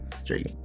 straight